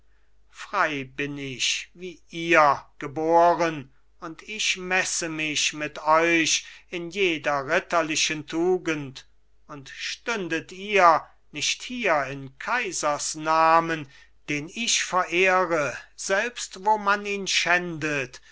frei bin ich wie ihr geboren und ich messe mich mit euch in jeder ritterlichen tugend und stündet ihr nicht hier in kaisers namen den ich verehre selbst wo man ihn schändet